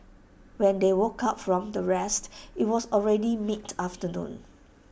when they woke up from their rest IT was already mid afternoon